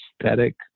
aesthetic